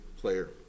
player